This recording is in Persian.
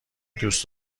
دوست